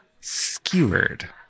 Skewered